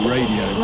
Radio